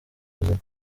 buzima